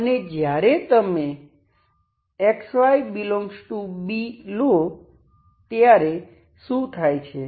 અને જ્યારે તમે ∈B લો ત્યારે શું થાય છે